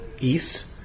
east